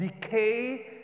decay